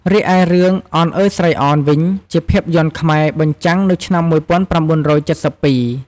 រីឯ រឿងអនអើយស្រីអន វិញ ជាភាពយន្តខ្មែរ បញ្ចាំងនៅឆ្នាំ១៩៧២ ។